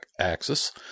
axis